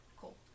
Cool